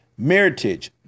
Meritage